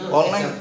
online